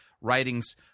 writings